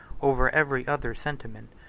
over every other sentiment,